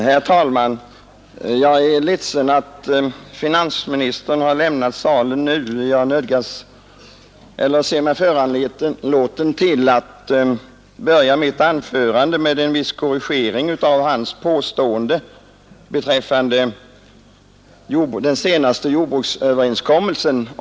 Herr talman! Jag är ledsen att finansministern har lämnat salen nu, eftersom jag ser mig föranlåten att börja mitt anförande med en viss korrigering av hans påstående beträffande vad som föregick den senaste jordbruksöverenskommelsen.